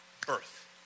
birth